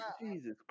Jesus